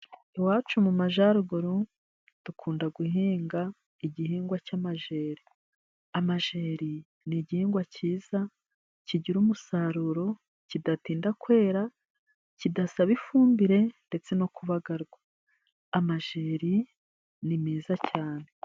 Iwacu mu majyaruguru, dukunda guhinga igihingwa cy'amajeri. Amajeri ni igihingwa kiza, kigira umusaruro, kidatinda kwera, kidasaba ifumbire ndetse no kubagarwa. Amajeri ni meza cyane.